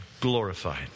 glorified